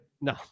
No